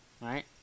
right